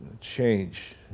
Change